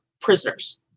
prisoners